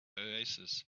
oasis